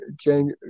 change